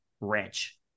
rich